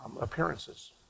Appearances